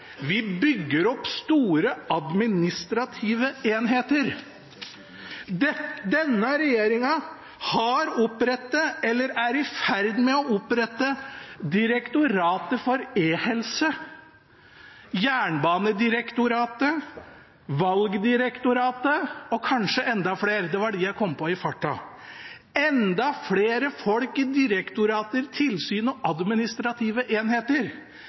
Vi bygger opp store, administrative enheter. Denne regjeringen har opprettet, eller er i ferd med å opprette, Direktoratet for e-helse, Jernbanedirektoratet, Valgdirektoratet og kanskje enda flere – det var dem jeg kom på i farten. Enda flere folk i direktorater, tilsyn og administrative enheter